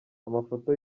amafoto